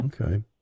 Okay